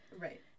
Right